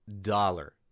dollar